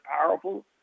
powerful